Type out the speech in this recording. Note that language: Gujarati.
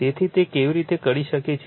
તેથી તે કેવી રીતે કરી શકે છે